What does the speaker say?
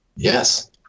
Yes